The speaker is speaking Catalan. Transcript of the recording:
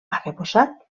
arrebossat